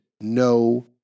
no